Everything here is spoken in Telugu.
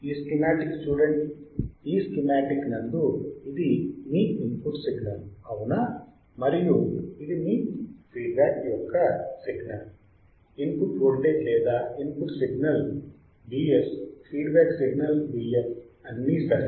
ఈ స్కీమాటిక్ చూడండి ఈ స్కీమాటిక్ నందు ఇది మీ ఇన్పుట్ సిగ్నల్ అవునా మరియు ఇది మీ ఫీడ్ బ్యాక్ యొక్క సిగ్నల్ ఇన్పుట్ వోల్టేజ్ లేదా input signal Vs feedback signal Vf అన్నీ సరే